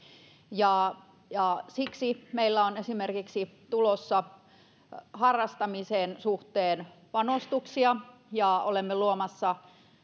siksi meillä on tulossa esimerkiksi harrastamisen suhteen panostuksia ja olemme luomassa